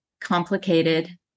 complicated